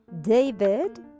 David